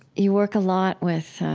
you work a lot with